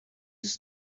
his